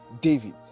david